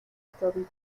toby